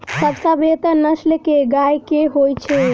सबसँ बेहतर नस्ल केँ गाय केँ होइ छै?